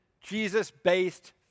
Jesus-based